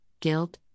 guilt